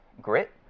grit